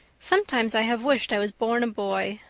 sometimes i have wished i was born a boy,